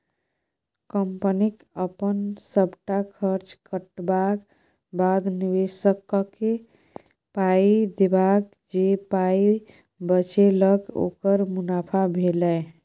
कंपनीक अपन सबटा खर्च कटबाक बाद, निबेशककेँ पाइ देबाक जे पाइ बचेलक ओकर मुनाफा भेलै